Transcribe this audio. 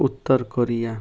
Uttar Korea